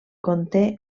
conté